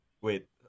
wait